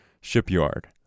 shipyard